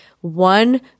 one